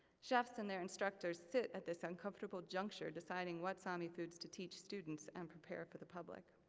chefs and their instructors sit at this uncomfortable juncture deciding what sami foods to teach students, and prepare for the public.